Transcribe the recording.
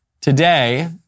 Today